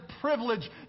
privilege